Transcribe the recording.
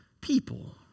people